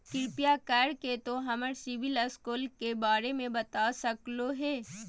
कृपया कर के तों हमर सिबिल स्कोर के बारे में बता सकलो हें?